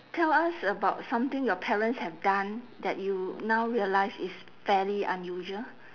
tell us about something your parents have done that you now realise is fairly unusual